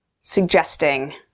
suggesting